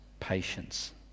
patience